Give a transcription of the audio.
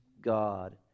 God